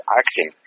acting